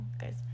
guys